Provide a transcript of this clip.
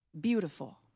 beautiful